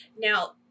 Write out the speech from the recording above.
Now